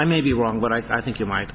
i may be wrong but i think you might